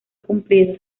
cumplido